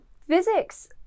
Physics